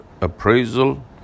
appraisal